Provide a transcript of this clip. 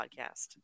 podcast